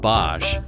Bosch